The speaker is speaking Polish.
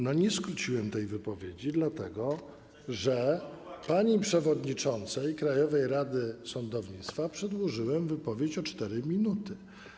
Nie skróciłem tej wypowiedzi dlatego, że pani przewodniczącej Krajowej Rady Sądownictwa przedłużyłem wypowiedź o 4 minuty.